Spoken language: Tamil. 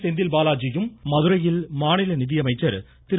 செந்தில்பாலாஜியும் மதுரையில் மாநில நிதியமைச்சர் திரு